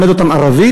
למד אותם ערבית,